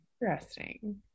Interesting